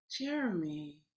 Jeremy